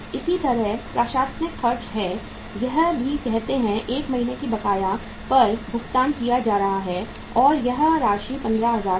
इसी तरह प्रशासनिक खर्च हैं यह भी कहते हैं 1 महीने के बकाया पर भुगतान किया जा रहा है और यह राशि 15000 था